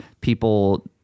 people